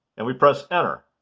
and we press enter.